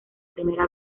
primera